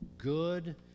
good